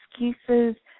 excuses